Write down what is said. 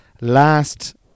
last